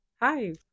Hi